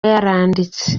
yaranditse